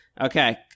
Okay